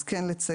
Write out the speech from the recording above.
אז כן לציין,